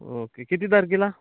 okay किती तारखेला